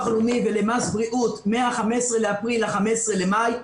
הלאומי ולמס הבריאות מ-15 באפריל ל-15 במאי.